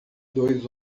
dois